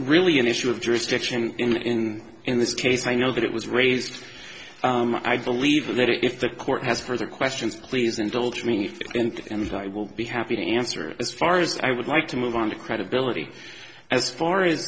really an issue of jurisdiction in in this case i know that it was raised i believe that if the court has further questions please indulge me and i will be happy to answer as far as i would like to move on to credibility as far as